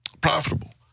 profitable